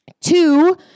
two